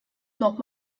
not